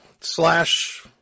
slash